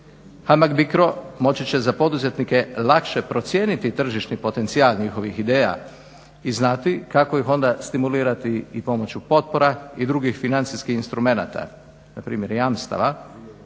HAMAG BICRO moći će za poduzetnike lakše procijeniti tržišni potencijal njihovih ideja i znati kako ih onda stimulirati i pomoću potpora i drugih financijskih instrumenata, na primjer jamstava.